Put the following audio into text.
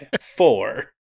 four